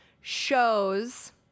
shows